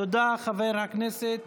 תודה, חבר הכנסת,